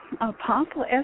Apostle